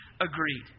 agreed